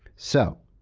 so,